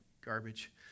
garbage